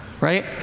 right